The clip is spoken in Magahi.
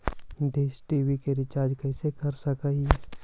डीश टी.वी के रिचार्ज कैसे कर सक हिय?